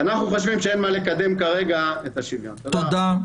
אנחנו חושבים שאין מה לאשר את השוויון, תודה.